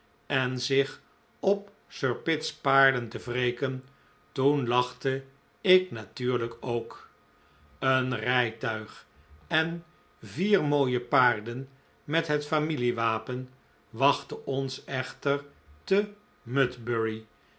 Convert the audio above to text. en zich op sir pitt's paarden te wreken toen lachte ik natuurlijk ook een rijtuig en vier mooie paarden met het familie wapen wachtte ons echter te